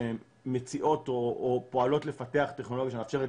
שמציעות או פועלות לפתח טכנולוגיה שמאפשרת